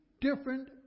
different